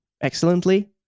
excellently